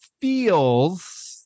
feels